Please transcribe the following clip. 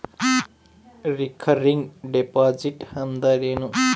Recurring deposit ಅಂದರೇನು?